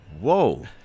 whoa